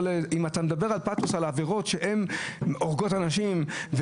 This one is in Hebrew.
אם אתה מדבר בפאתוס על העבירות שהורגות אנשים,